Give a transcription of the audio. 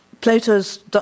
Plato's